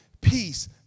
peace